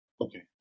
okay